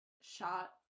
Shot